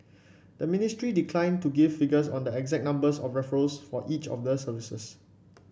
the ministry declined to give figures on the exact number of referrals for each of the services